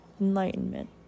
enlightenment